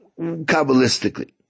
kabbalistically